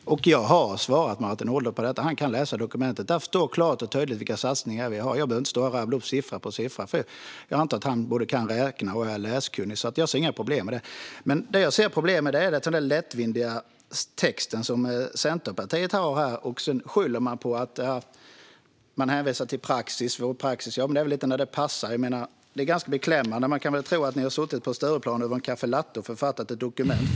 Fru talman! Jag har svarat Martin Ådahl på detta. Han kan läsa dokumentet, för där står klart och tydligt vilka satsningar vi har. Jag behöver inte stå här och rabbla upp siffra på siffra, för jag antar att han både kan räkna och läsa. Jag ser inga problem med detta. Men jag ser problem med den lättvindiga text som Centerpartiet har. Man skyller på och hänvisar till praxis, men praxis gäller visst lite när det passar. Det är ganska beklämmande. Man kan tro att ni har suttit vid Stureplan över en caffelatte och författat ett dokument.